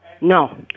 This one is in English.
no